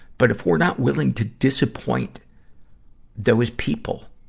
but if we're not willing to disappoint those people,